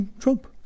Trump